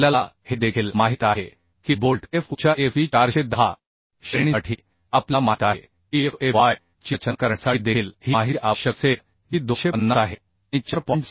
आणि आपल्याला हे देखील माहित आहे की बोल्ट Fuच्या FE 410 श्रेणीसाठी आपल्याला माहित आहे की FU FYची रचना करण्यासाठी देखील ही माहिती आवश्यक असेल जी 250 आहे आणि 4